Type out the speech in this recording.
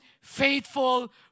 faithful